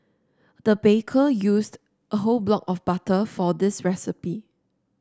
the baker used a whole block of butter for this recipe